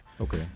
Okay